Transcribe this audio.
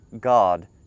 God